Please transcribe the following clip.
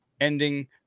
ending